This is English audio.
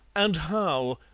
and how?